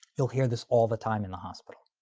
you'll hear this all the time in the hospital.